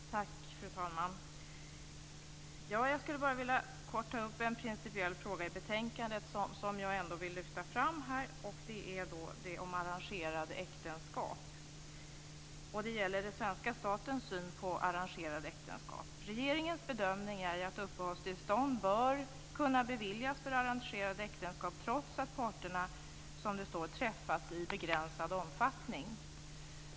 Fru talman! Jag skulle bara kort vilja ta upp en principiell fråga i betänkandet som jag vill lyfta fram, nämligen detta med arrangerade äktenskap. Det gäller den svenska statens syn på arrangerade äktenskap. Regeringens bedömning är ju att uppehållstillstånd bör kunna beviljas för arrangerade äktenskap trots att parterna som det står träffats i begränsad omfattning.